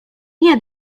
nie